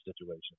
situation